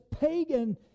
pagan